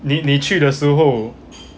你你去的时候